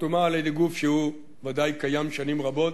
שחתומה על-ידי גוף שוודאי קיים שנים רבות,